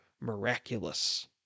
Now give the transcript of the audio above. miraculous